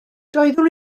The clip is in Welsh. doeddwn